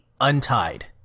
untied